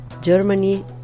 Germany